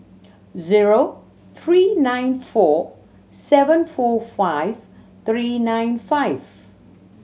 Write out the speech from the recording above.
zero three nine four seven four five three nine five